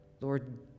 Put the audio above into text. Lord